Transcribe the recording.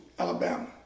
Alabama